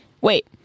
Wait